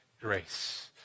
Grace